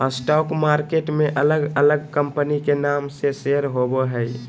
stock market में अलग अलग कंपनी के नाम से शेयर होबो हइ